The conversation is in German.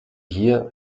hier